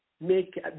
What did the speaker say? make